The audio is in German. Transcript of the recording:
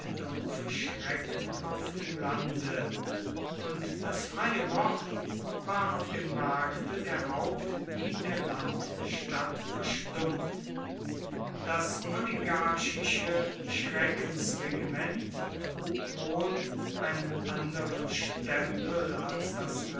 dumpfe schrecken auf dem lande und das freie wort war auf dem markte der haupt wie der landstadt verstummt das oligarchische schreckensregiment trug wohl einen anderen stempel als das